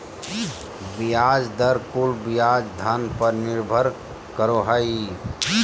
ब्याज दर कुल ब्याज धन पर निर्भर करो हइ